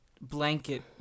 blanket